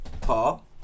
Paul